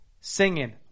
Singing